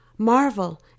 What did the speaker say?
Marvel